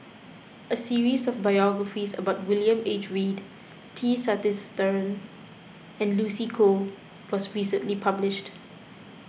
a series of biographies about William H Read T Sasitharan and Lucy Koh was recently published